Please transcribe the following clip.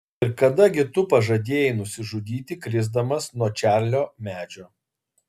ir kada gi tu pažadėjai nusižudyti krisdamas nuo čarlio medžio